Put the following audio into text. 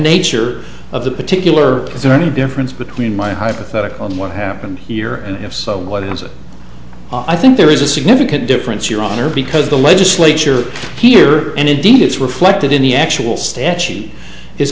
nature of the particular is there any difference between my hypothetical and what happened here and if so what is it i think there is a significant difference your honor because the legislature here and indeed it's reflected in the actual statute is